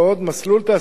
מסלול תעסוקה,